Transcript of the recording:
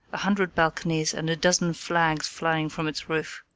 a hundred balconies, and a dozen flags flying from its roof,